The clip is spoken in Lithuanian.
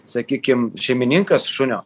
sakykim šeimininkas šunio